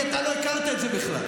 כי אתה לא הכרת את זה בכלל.